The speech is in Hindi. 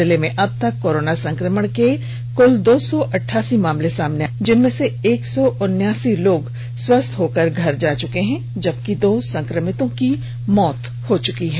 जिले में अब तक कोरोना संक्रमण के कुल दो सौ अठासी मामले सामने आए हैं जिनमें से एक सौ उनासी लोग स्वस्थ होकर घर जा चुके हैं जबकि दो संक्रमितों की मौत हो चुकी है